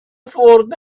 forth